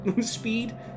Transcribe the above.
speed